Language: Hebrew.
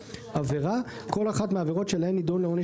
"עבירה" כל אחת מהעבירות שעליהן נידון לעונש